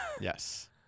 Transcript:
Yes